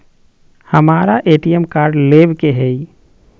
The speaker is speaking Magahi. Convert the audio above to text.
हमारा ए.टी.एम कार्ड लेव के हई